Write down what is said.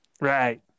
Right